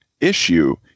issue